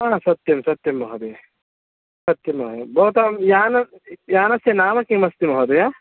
हा सत्यं सत्यं महोदय सत्यं महोदय भवतां यानं यानस्य नाम किम् अस्ति महोदय